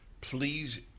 please